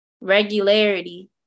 regularity